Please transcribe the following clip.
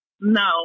no